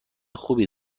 خوبی